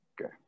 Okay